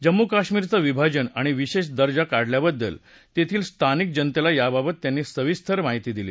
जम्मू कश्मीरचं विभाजन आणि विशेष दर्जा काढल्याबद्दल येथील स्थानिक जनतेला याबाबत त्यांनी सविस्तर माहिती दिली